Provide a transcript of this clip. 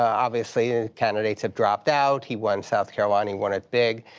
obviously, ah candidates have dropped out. he won south carolina. he won it big.